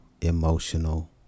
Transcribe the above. emotional